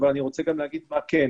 אבל אני רוצה גם לומר מה כן,